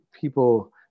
people